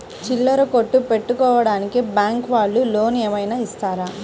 చిల్లర కొట్టు పెట్టుకోడానికి బ్యాంకు వాళ్ళు లోన్ ఏమైనా ఇస్తారా?